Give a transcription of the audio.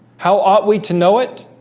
how are we to know it